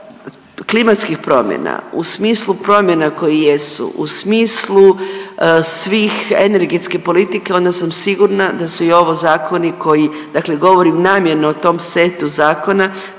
u smislu promjena koje jesu, u smislu svih energetske politike onda sam sigurna da su i ovo zakoni koji, dakle govorim namjerno o tom setu zakona